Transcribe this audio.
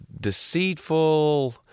deceitful